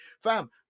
fam